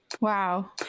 Wow